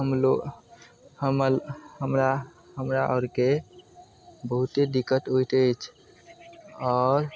हमलोग हमरा हमरा आरके बहुते दिक्कत होइत अछि आओर